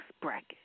bracket